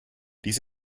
dies